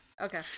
Okay